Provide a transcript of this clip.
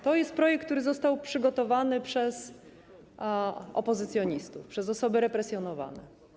To jest projekt, który został przygotowany przez opozycjonistów, przez osoby represjonowane.